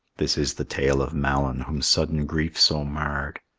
this is the tale of malyn, whom sudden grief so marred.